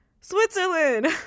Switzerland